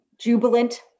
jubilant